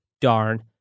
darn